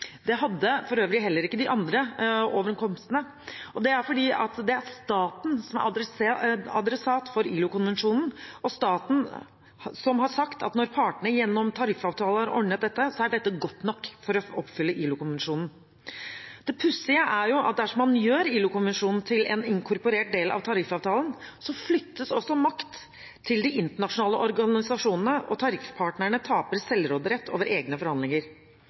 Det var det for øvrig heller ikke i de andre overenskomstene, og det er fordi det er staten som er adressat for ILO-konvensjonen, og staten som har sagt at når partene gjennom tariffavtaler har ordnet dette, er dette godt nok for å oppfylle ILO-konvensjonen. Det pussige er jo at dersom man gjør ILO-konvensjonen til en inkorporert del av tariffavtalen, flyttes også makt til de internasjonale organisasjonene, og tariffpartnerne taper selvråderett over egne forhandlinger.